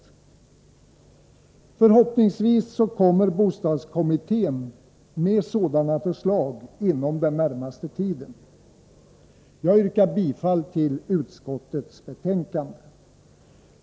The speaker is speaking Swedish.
Förhoppningsvis kommer bostadskommittén med sådana förslag inom den närmaste tiden. Jag yrkar bifall till utskottets hemställan.